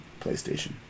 PlayStation